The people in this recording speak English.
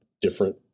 different